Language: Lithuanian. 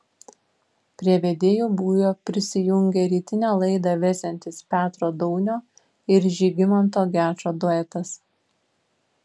prie vedėjų būrio prisijungė rytinę laidą vesiantis petro daunio ir žygimanto gečo duetas